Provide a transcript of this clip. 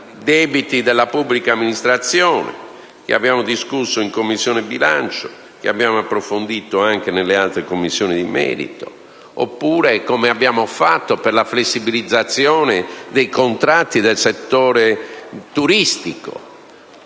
debiti della pubblica amministrazione, che abbiamo discusso in Commissione bilancio e approfondito nelle altre Commissioni di merito, oppure come abbiamo fatto per la flessibilizzazione dei contratti del settore turistico